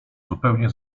zupełnie